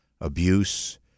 abuse